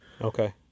Okay